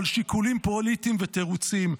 אבל שיקולים פוליטיים ותירוצים.